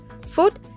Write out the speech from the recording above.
food